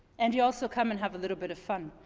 and you also come and have a little bit of fun.